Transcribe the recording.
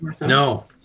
No